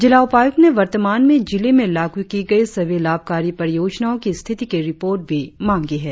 जिला उपायुक्त ने वर्तमान में जिले में लागू की गई सभी लाभकारी परियोजनाओ की स्थिति की रिपोर्ट भी मांगी है